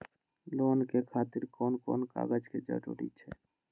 Loan के खातिर कोन कोन कागज के जरूरी छै?